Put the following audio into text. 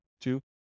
Two